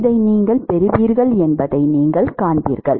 இதை நீங்கள் பெறுவீர்கள் என்பதை நீங்கள் காண்பீர்கள்